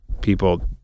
people